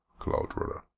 Cloudrunner